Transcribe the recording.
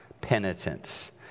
Penitence